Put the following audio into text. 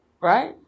right